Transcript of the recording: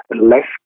less